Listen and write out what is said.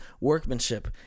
workmanship